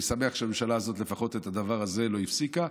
אני שמח שהממשלה הזו את הדבר הזה לפחות לא הפסיקה,